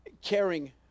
caring